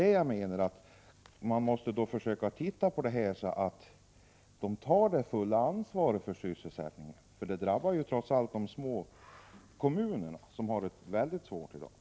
Den ökning av lönsamheten och den finansiella konsolidering som ägt rum under senare år skapar förutsättningar för detta.” Kommer regeringen att kräva att STORA tar ansvar för de förlorade arbetstillfällena vid sågen i Vikarbyn?